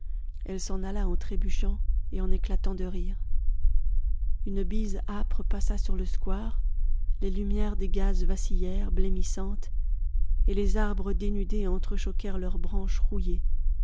elle s'en alla en trébuchant et en éclatant de rire une bise âpre passa sur le square les lumières des gaz vacillèrent blêmissantes et les arbres dénudés entrechoquèrent leurs branches touillées